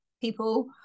people